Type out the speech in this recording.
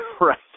right